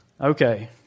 Okay